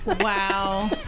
Wow